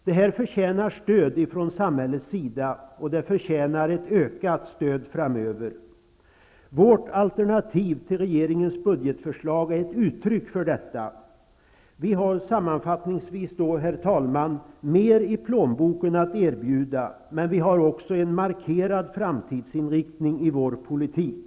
Detta förtjänar stöd från samhällets sida, och det förtjänar ett ökat stöd framöver. Vårt alternativ till regeringens budgetförslag är ett uttryck för detta. Herr talman! Sammanfattningsvis har vi mer i plånboken att erbjuda, men vi har också en markerad framtidsinriktning i vår politik.